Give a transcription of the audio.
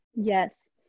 Yes